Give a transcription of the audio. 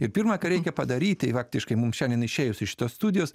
ir pirma ką reikia padaryti faktiškai mums šiandien išėjus iš tos studijos